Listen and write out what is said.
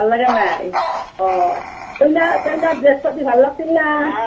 ভাল লাগা নাই অঁ কইনাৰ কইনাৰ ড্ৰেছ পাতি ভাল লাগছিল না